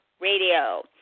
Radio